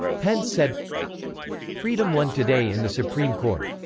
pence said freedom won today in the supreme court.